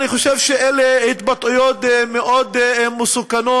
אני חושב שאלה התבטאויות מאוד מסוכנות,